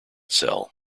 cell